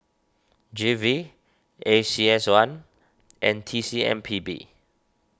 G V A C S one and T C M P B